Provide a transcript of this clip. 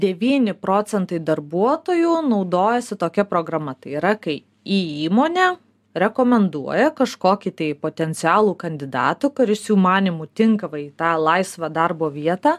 devyni procentai darbuotojų naudojasi tokia programa tai yra kai į įmonę rekomenduoja kažkokį tai potencialų kandidatą kuris jų manymu tinka va į tą laisvą darbo vietą